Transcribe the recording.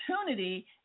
opportunity